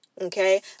Okay